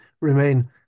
remain